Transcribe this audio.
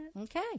Okay